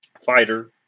fighter